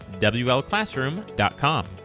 WLClassroom.com